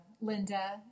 Linda